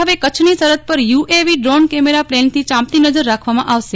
હવે કચ્છની સરહદ પર યુએવી ડ્રોન કેમેરા પ્લેનથી ચાંપતી નજર રાખવામાં આવશે